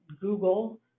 Google